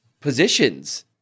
positions